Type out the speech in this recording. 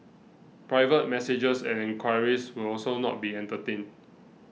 private messages and enquiries will also not be entertained